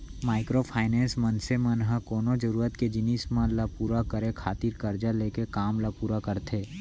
micro finance, मनसे मन ह कोनो जरुरत के जिनिस मन ल पुरा करे खातिर करजा लेके काम ल पुरा करथे